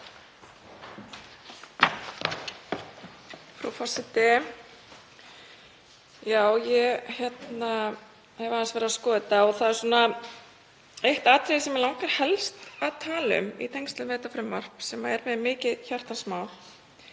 Frú forseti. Já, ég hef aðeins verið að skoða þetta og það er eitt atriði sem mig langar helst að tala um í tengslum við þetta frumvarp sem er mér mikið hjartans mál.